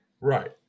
Right